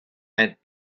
and